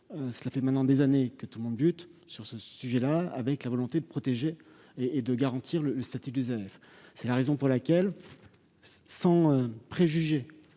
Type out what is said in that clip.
cela fait maintenant des années que tout le monde bute sur ce sujet, avec la volonté de protéger et de garantir le statut des élèves. C'est la raison pour laquelle, sans préjuger